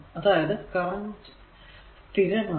അതായതു കറന്റ് സ്ഥിരം ആണ്